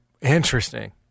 Interesting